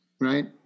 Right